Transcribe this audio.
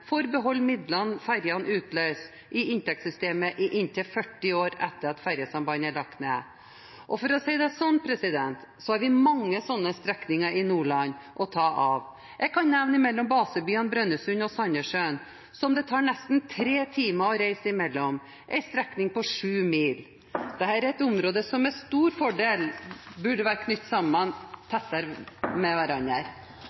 får beholde midlene ferjene utløser i inntektssystemet i inntil 40 år etter at ferjesambandet er lagt ned. – For å si det sånn: Vi har mange slike strekninger å ta av i Nordland. Jeg kan nevne basebyene Brønnøysund og Sandnessjøen, som det tar nesten 3 timer å reise mellom – en strekning på ca. 7 mil. Dette er et område som med stor fordel burde vært knyttet tettere sammen.